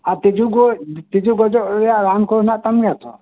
ᱟᱨ ᱛᱤᱡᱩ ᱜᱚᱡᱽ ᱛᱤᱡᱩ ᱜᱚᱡᱚᱜ ᱨᱮᱭᱟᱜ ᱨᱟᱱ ᱠᱚ ᱢᱮᱱᱟᱜ ᱛᱟᱢ ᱜᱮᱭᱟᱛᱳ